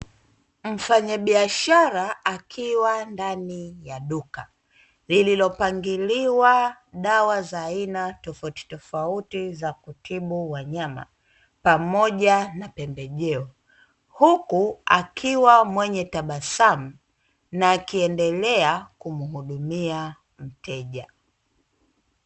Mfanyabiashara akiwa ndani ya duka lililopangiliwa dawa za aina tofautitofauti za kutibu wanyama pamoja na pembejeo huku akiwa mwenye tabasamu na akiendelea kumuhudumia mteja.